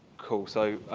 cool, so,